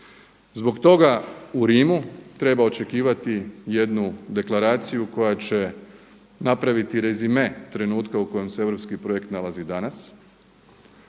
Zbog toga u Rimu treba očekivati jednu deklaraciju koja će napraviti rezime trenutka u kojem se europski projekt nalazi i danas.